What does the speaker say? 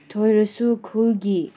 ꯊꯣꯏꯔꯁꯨ ꯈꯨꯜꯒꯤ